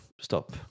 stop